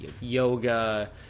yoga